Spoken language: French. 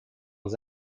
aux